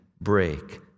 break